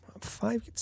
five